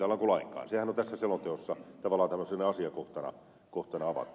sehän on tässä selonteossa tavallaan tällaisena asiakohtana avattu